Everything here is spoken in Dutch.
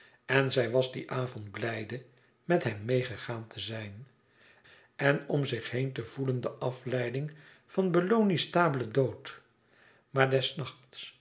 en zij was dien avond blijde met hem meê gegaan te zijn en om zich heen te voelen de afleiding van belloni's